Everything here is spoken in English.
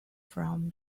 from